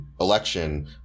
election